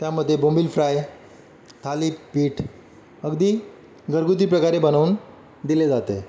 त्यामदे बोमिल फ्राय थाली पीठ अगदी घरगुती प्रकारे बनवून दिले जाते